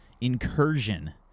incursion